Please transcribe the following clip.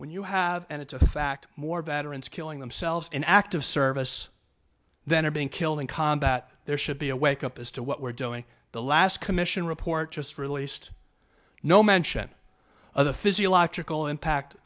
when you have and it's a fact more veterans killing themselves in active service than are being killed in combat there should be a wake up as to what we're doing the last commission report just released no mention of the physiological impact